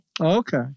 Okay